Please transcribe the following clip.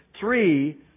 three